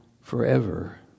Forever